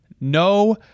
no